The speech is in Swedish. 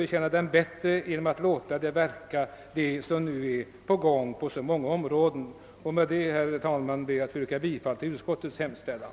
Enligt vår mening är det bättre att avvakta resultatet av vad som nu är på gång på så många områden. Med det anförda ber jag, herr talman, att få yrka bifall till utskottets hemställan.